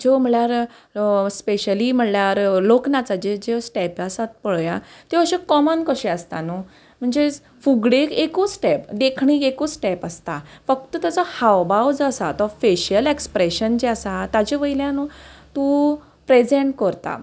ज्यो म्हळ्यार स्पेशली म्हणल्यार लोक नाचाच्यो ज्यो स्टेप आसात पळया त्यो अश्यो कॉमन कश्यो आसता न्हू म्हणजे फुगडी एकूच स्टेप देखणीक एकूच स्टेप आसता फक्त ताचो हावभाव जो आसा तो फेशियल एक्सप्रेशन जे आसा ताजे वयल्यान तूं प्रेजेंट करता